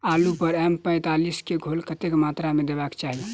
आलु पर एम पैंतालीस केँ घोल कतेक मात्रा मे देबाक चाहि?